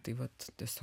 tai vat tiesiog